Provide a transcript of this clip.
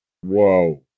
Whoa